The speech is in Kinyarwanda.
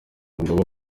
mugabe